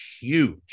huge